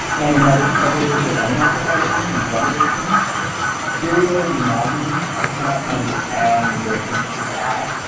and um another struggle with her own alcoholism and drug addiction serial monogamy i cannot tell you how many boyfriends she had.